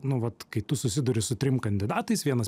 nu vat kai tu susiduri su trim kandidatais vienas